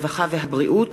הרווחה והבריאות